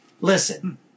listen